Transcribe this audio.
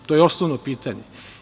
To je osnovno pitanje.